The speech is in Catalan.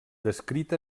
descrita